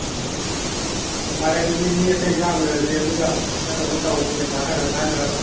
ꯎꯝ ꯐꯔꯦ ꯑꯗꯨꯗꯤ ꯃꯤ ꯑꯇꯩꯁꯨ ꯍꯪꯅꯔꯁꯦ ꯑꯗꯨꯒ ꯆꯠꯅꯕ ꯇꯧꯔꯁꯤ ꯄꯩꯁꯥ ꯈꯔ ꯈꯔ ꯈꯥꯏꯅꯔꯒ